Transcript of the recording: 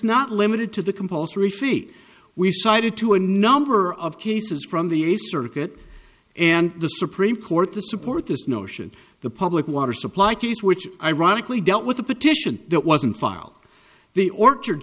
not limited to the compulsory fee we cited to a number of cases from the a circuit and the supreme court the support this notion the public water supply case which ironically dealt with the petition that wasn't file the orchard